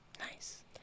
Nice